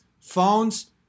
phones